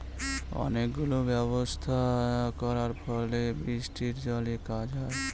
অনেক গুলো ব্যবস্থা করার ফলে বৃষ্টির জলে কাজ হয়